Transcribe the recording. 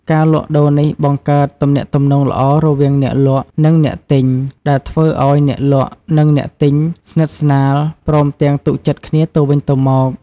ការលក់ដូរនេះបង្កើតទំនាក់ទំនងល្អរវាងអ្នកលក់ និងអ្នកទិញ ដែលធ្វើឲ្យអ្នកលក់និងអ្នកទិញស្និទ្ធស្នាល ព្រមទាំងទុកចិត្តគ្នាទៅវិញទៅមក។